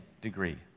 degree